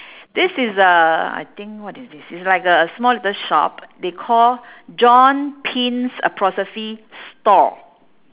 this is uh I think what is this it's like a small little shop they call john pins apostrophe store